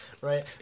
right